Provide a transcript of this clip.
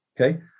Okay